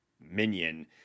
minion